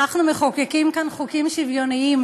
אנחנו מחוקקים כאן חוקים שוויוניים,